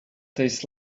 tastes